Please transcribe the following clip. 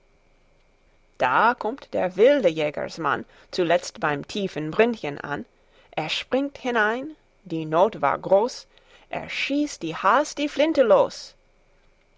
da kommt der wilde jägersmann zuletzt beim tiefen brünnchen an er springt hinein die not war groß es schießt der has die flinte los